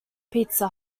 pizza